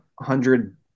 hundred